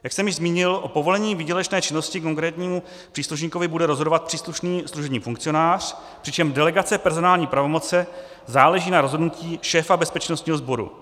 Jak jsem již zmínil, o povolení výdělečné činnosti konkrétnímu příslušníkovi bude rozhodovat příslušný služební funkcionář, přičemž delegace personální pravomoci záleží na rozhodnutí šéfa bezpečnostního sboru.